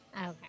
Okay